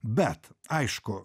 bet aišku